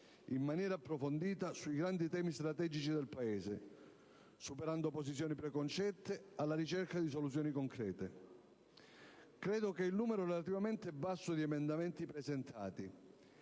in maniera approfondita sui grandi temi strategici del Paese, superando posizioni preconcette, alla ricerca di soluzioni concrete. Credo che il numero relativamente basso di emendamenti presentati